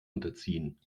unterziehen